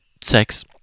sex